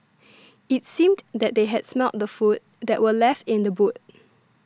it seemed that they had smelt the food that were left in the boot